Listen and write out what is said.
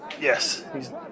Yes